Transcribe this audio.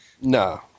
no